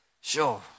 Sure